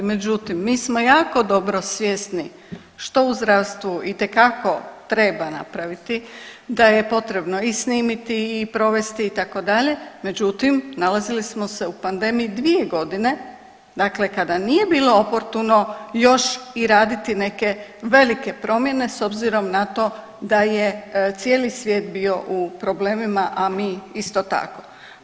Međutim, mi smo jako dobri svjesni što u zdravstvu itekako treba napraviti, da je potrebno i snimiti i provesti itd., međutim nalazili smo se u pandemiji 2 godine dakle kada nije bilo oportuno još i raditi neke velike promjene s obzirom na to da je cijeli svijet bio u problemima, a mi isto tako.